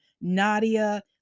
Nadia